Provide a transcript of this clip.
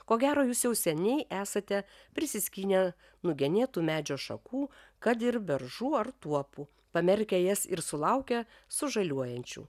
ko gero jūs jau seniai esate prisiskynę nugenėtų medžių šakų kad ir beržų ar tuopų pamerkę jas ir sulaukę sužaliuojančių